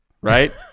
right